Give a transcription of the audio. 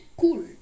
cool